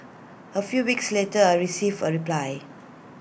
A few weeks later I received A reply